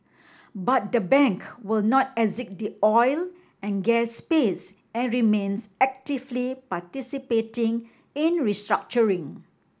but the bank will not exit the oil and gas space and remains actively participating in restructuring